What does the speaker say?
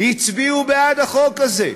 הצביעו בעד החוק הזה.